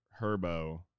Herbo